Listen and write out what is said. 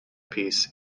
piece